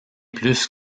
plus